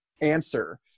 answer